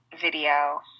video